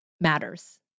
matters